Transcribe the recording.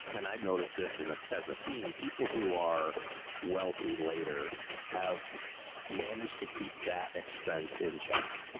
and i've noticed this in as a theme. people who are wealthy later have managed to keep that expense in check.